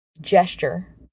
gesture